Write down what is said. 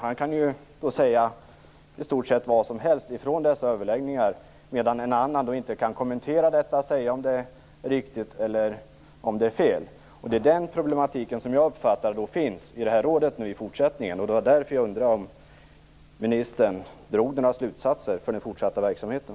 Han kan säga i stort sett vad som helst från dessa överläggningar, medan andra inte kan kommentera detta och säga om det är riktigt eller fel. Det är den problematiken som jag uppfattar finns i rådet i fortsättningen. Det var därför jag undrade om ministern drog några slutsatser för den fortsatta verksamheten.